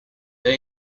that